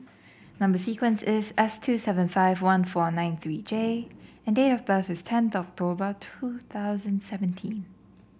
number sequence is S two seven five one four nine three J and date of birth is tenth October two thousand and seventeen